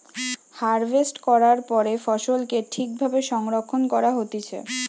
harvest করার পরে ফসলকে ঠিক ভাবে সংরক্ষণ করা হতিছে